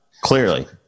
Clearly